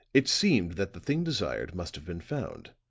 it seemed that the thing desired must have been found.